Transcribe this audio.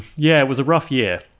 yeah it was a rough year!